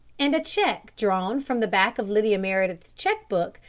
and a cheque drawn from the back of lydia meredith's cheque-book,